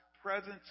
presence